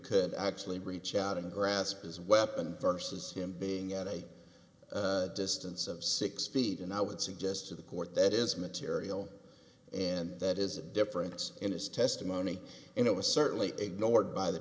could actually reach out and grasp his weapon versus him being at a distance of six feet and i would suggest to the court that is material and that is a difference in his testimony and it was certainly ignored by the